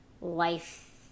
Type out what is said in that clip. life